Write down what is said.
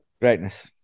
Greatness